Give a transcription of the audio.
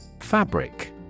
Fabric